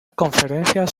conferencias